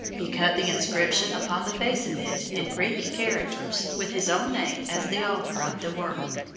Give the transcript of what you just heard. he cut the inscription upon the face of it, in greek characters, with his own name as the author of the work.